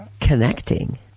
connecting